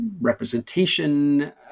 representation